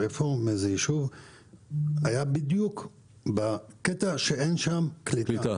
היה בדיוק בקטע בלי קליטה.